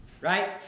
Right